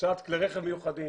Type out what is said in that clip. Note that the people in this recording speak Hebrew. הוצאת כלי רכב מיוחדים.